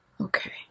Okay